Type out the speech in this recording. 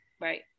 Right